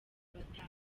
batanu